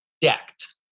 decked